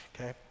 okay